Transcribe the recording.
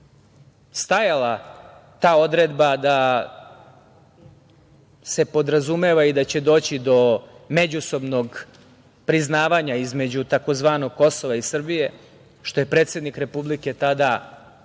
stajala ta odredba se podrazumeva i da će doći do međusobnog priznavanja između tzv. Kosova i Srbije, što je predsednik Republike tada momentalno